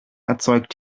erzeugt